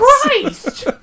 Christ